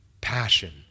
passion